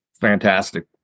fantastic